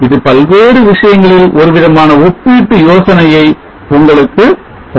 இது பல்வேறு விஷயங்களில் ஒருவிதமான ஒப்பீட்டு யோசனையை உங்களுக்கு தரும்